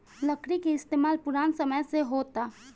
लकड़ी के इस्तमाल पुरान समय से होता